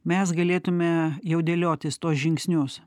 mes galėtume jau dėliotis tuos žingsnius